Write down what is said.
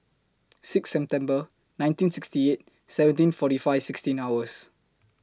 six September nineteen sixty eight seventeen forty five sixteen hours